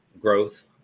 growth